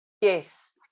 Yes